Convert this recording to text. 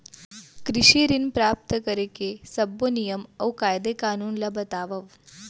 कृषि ऋण प्राप्त करेके सब्बो नियम अऊ कायदे कानून ला बतावव?